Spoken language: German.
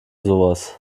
sowas